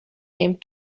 named